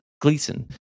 Gleason